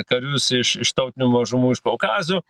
karius iš iš tautinių mažumų iš kaukazo